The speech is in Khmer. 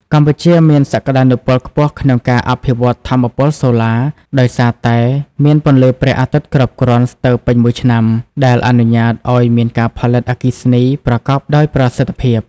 កម្ពុជាមានសក្តានុពលខ្ពស់ក្នុងការអភិវឌ្ឍថាមពលសូឡា ដោយសារតែមានពន្លឺព្រះអាទិត្យគ្រប់គ្រាន់ស្ទើរពេញមួយឆ្នាំ ដែលអនុញ្ញាតឱ្យមានការផលិតអគ្គិសនីប្រកបដោយប្រសិទ្ធភាព។